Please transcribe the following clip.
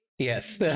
Yes